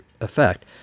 effect